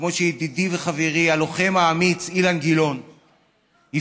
כמו שחברי וידידי הלוחם האמיץ אילן גילאון הבטיח: